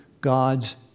God's